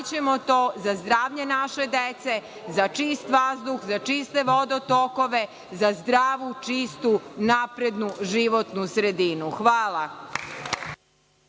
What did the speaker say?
uradićemo to za zdravlje naše dece, za čist vazduh, za čiste vodotokove, za zdravu, čistu naprednu životnu sredinu. Hvala.